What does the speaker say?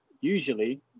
usually